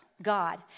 God